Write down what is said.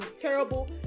terrible